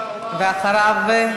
ואחריו,